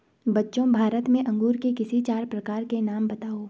बच्चों भारत में अंगूर के किसी चार प्रकार के नाम बताओ?